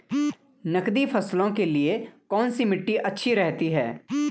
नकदी फसलों के लिए कौन सी मिट्टी अच्छी रहती है?